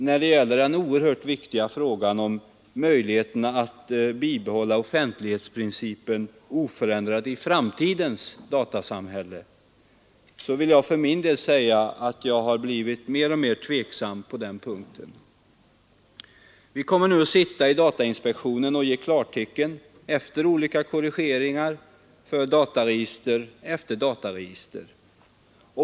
När det gäller den oerhört viktiga frågan om möjligheterna att bibehålla offentlighetsprincipen oförändrad i framtidens datasamhälle vill jag för min del säga att jag har blivit mer och mer tveksam på den punkten. Vi kommer nu i datainspektionen efter olika korrigeringar att ge klartecken för dataregister efter dataregister.